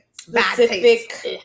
specific